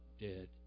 dead